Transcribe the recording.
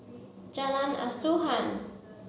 Jalan Asuhan